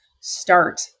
start